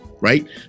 right